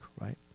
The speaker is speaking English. right